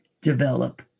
develop